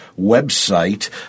website